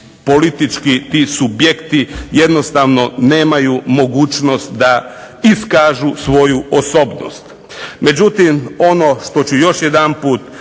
politički ti subjekti jednostavno nemaju mogućnost da iskažu svoju osobnost. Međutim, ono što ću još jedanput